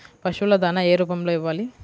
పశువుల దాణా ఏ రూపంలో ఇవ్వాలి?